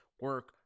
Work